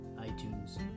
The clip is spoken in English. iTunes